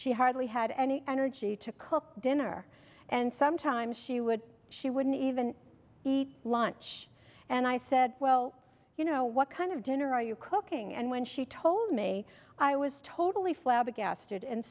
she hardly had any energy to cook dinner and sometimes she would she wouldn't even eat lunch and i said well you know what kind of dinner are you cooking and when she told me i was totally flabbergasted and